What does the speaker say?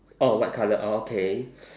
oh white colour orh okay